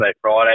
Friday